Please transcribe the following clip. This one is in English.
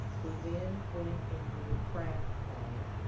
we then went and we would graph that.